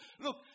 Look